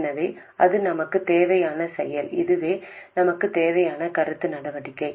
எனவே இது நமக்குத் தேவையான செயல் இதுவே நமக்குத் தேவையான கருத்து நடவடிக்கை